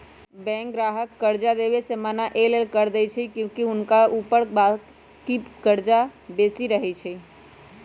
bank गाहक के कर्जा देबऐ से मना सएहो कऽ देएय छइ कएलाकि हुनका ऊपर बाकी कर्जा बेशी रहै छइ